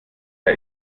der